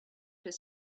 his